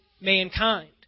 mankind